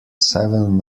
seven